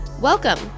Welcome